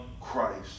Christ